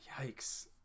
Yikes